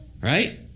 right